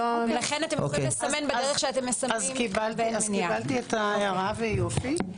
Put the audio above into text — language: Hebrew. אז קיבלתי את ההערה ויופי.